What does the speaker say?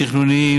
תכנוניים,